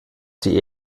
die